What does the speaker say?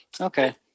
Okay